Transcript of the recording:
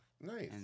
Nice